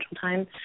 time